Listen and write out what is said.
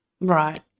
Right